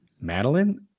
Madeline